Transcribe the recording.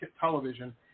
television